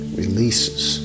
releases